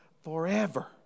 forever